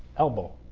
elbow?